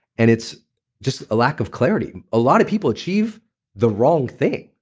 and it's just a lack of clarity. a lot of people achieve the wrong thing.